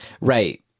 Right